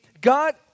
God